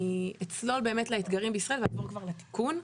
אני אצלול באמת לאתגרים בישראל ונעבור כבר לתיקון.